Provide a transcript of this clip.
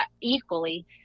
equally